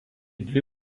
dvi